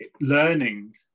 learning